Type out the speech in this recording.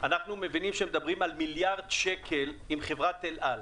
מבינים שמדברים על מיליארד שקל לחברת אל על.